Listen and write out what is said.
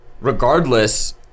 regardless